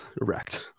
wrecked